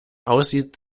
aussieht